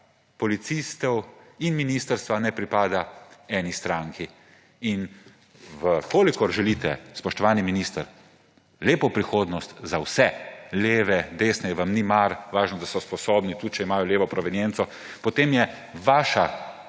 policistov in ministrstva ne pripada eni stranki. In če želite, spoštovani minister, lepo prihodnost za vse, leve, desne, vam ni mar, važno je, da so sposobni, tudi če imajo levo provenienco, potem je vaša